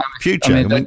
future